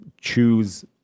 choose